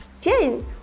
Jane